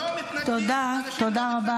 --- אנשים לא מפלגתיים --- תודה רבה,